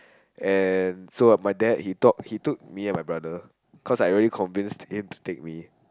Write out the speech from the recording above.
and so my dad he talk he took me and my brother cause I already convinced him to take me